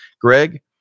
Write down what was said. Greg